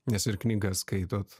nes ir knygas skaitot